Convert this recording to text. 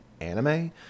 anime